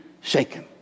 shaken